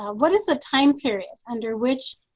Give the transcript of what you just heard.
what is the time period under which